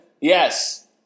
Yes